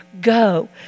go